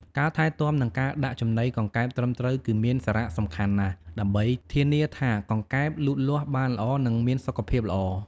ការថែទាំ និងការដាក់ចំណីកង្កែបត្រឹមត្រូវគឺមានសារៈសំខាន់ណាស់ ដើម្បីធានាថាកង្កែបលូតលាស់បានល្អ និងមានសុខភាពល្អ។